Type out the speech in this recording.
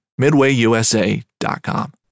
MidwayUSA.com